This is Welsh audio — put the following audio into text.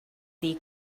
ddi